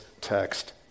text